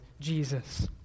Jesus